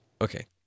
Okay